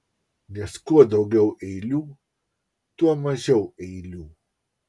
nes kuo daugiau eilių tuo mažiau eilių